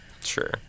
sure